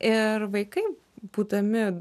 ir vaikai būdami